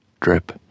drip